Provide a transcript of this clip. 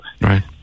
Right